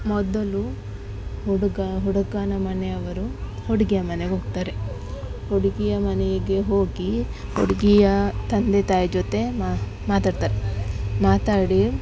ಮೊದಲು ಹುಡುಗ ಹುಡುಗನ ಮನೆಯವರು ಹುಡುಗಿಯ ಮನೆಗೆ ಹೋಗ್ತಾರೆ ಹುಡುಗಿಯ ಮನೆಗೆ ಹೋಗಿ ಹುಡುಗಿಯ ತಂದೆ ತಾಯಿ ಜೊತೆ ಮಾತಾಡ್ತಾರೆ ಮಾತಾಡಿ